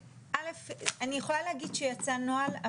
אני יכולה להגיד שיצא נוהל,